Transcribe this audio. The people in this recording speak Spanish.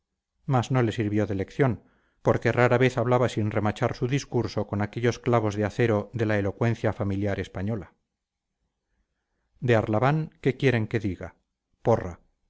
mas no le sirvió de lección porque rara vez hablaba sin remachar su discurso con aquellos clavos de acero de la elocuencia familiar española de arlabán qué quieren que diga porra